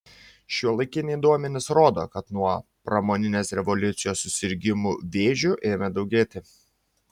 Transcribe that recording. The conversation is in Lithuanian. šiuolaikiniai duomenys rodo kad nuo pramoninės revoliucijos susirgimų vėžiu ėmė daugėti